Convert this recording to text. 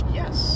yes